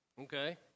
Okay